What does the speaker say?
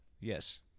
Yes